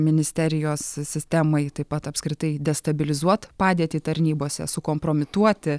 ministerijos sistemai taip pat apskritai destabilizuot padėtį tarnybose sukompromituoti